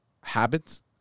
habits